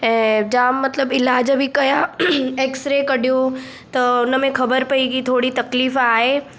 ऐं जामु मतलबु इलाज बि कया एक्सरे कढियो त उनमें ख़बरु पई की थोरी तकलीफ़ु आहे